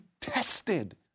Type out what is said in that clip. tested